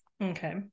okay